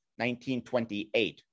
1928